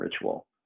ritual